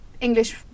English